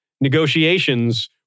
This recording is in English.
negotiations